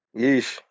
Yeesh